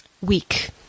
week